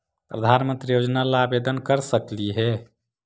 प्रधानमंत्री योजना ला आवेदन कर सकली हे?